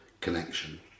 connection